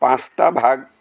পাঁচটা ভাগ